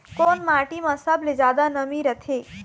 कोन माटी म सबले जादा नमी रथे?